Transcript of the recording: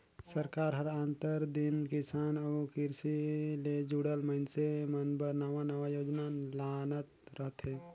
सरकार हर आंतर दिन किसान अउ किरसी ले जुड़ल मइनसे मन बर नावा नावा योजना लानत रहथे